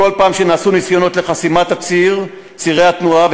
בכל פעם שנעשו ניסיונות לחסום את צירי התנועה,